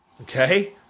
okay